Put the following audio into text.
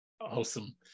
Awesome